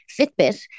Fitbit